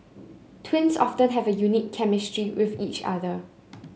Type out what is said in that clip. twins often have a unique chemistry with each other